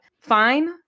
Fine